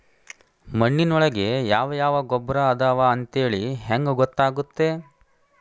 ಮಣ್ಣಿನೊಳಗೆ ಯಾವ ಯಾವ ಗೊಬ್ಬರ ಅದಾವ ಅಂತೇಳಿ ಹೆಂಗ್ ಗೊತ್ತಾಗುತ್ತೆ?